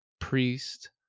priest